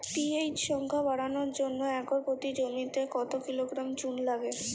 PH সংখ্যা বাড়ানোর জন্য একর প্রতি জমিতে কত কিলোগ্রাম চুন লাগে?